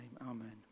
amen